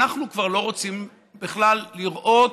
אנחנו כבר לא רוצים בכלל לראות,